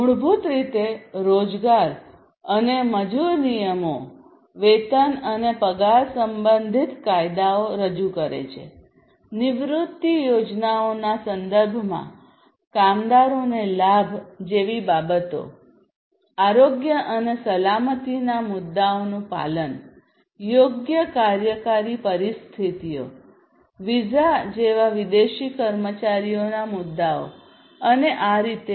મૂળભૂત રીતે રોજગાર અને મજૂર નિયમો વેતન અને પગાર સંબંધિત કાયદાઓ રજૂ કરે છે નિવૃત્તિ યોજનાઓના સંદર્ભમાં કામદારોને લાભ જેવી બાબતો આરોગ્ય અને સલામતીના મુદ્દાઓનું પાલન યોગ્ય કાર્યકારી પરિસ્થિતિઓ વિઝા જેવા વિદેશી કર્મચારીઓના મુદ્દાઓ અને આ રીતે